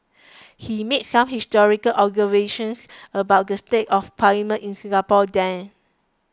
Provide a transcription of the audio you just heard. he made some historic observations about the state of Parliament in Singapore then